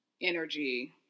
energy